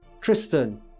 Tristan